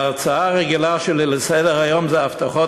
ההצעה הרגילה שלי לסדר-היום היא: ההבטחות